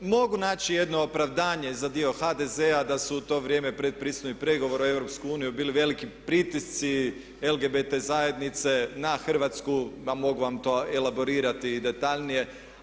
Mogu naći jedno opravdanje za dio HDZ-a da su u to vrijeme pretpristupnih pregovora u EU bili veliki pritisci LGBT zajednice na Hrvatsku, mogu vam to elaborirati i detaljnije.